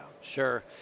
Sure